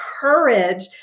courage